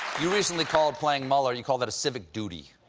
you recently called playing mueller, you called that a civic duty.